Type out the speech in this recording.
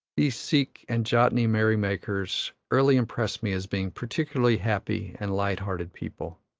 these sikh and jatni merry-makers early impress me as being particularly happy and light-hearted people.